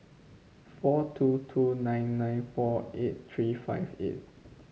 four two two nine nine four eight three five eight